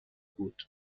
بود